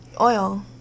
oil